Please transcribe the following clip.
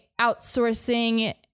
outsourcing